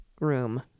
room